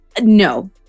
No